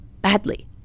badly